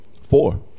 four